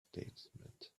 statement